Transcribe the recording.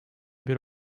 bir